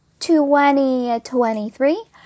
2023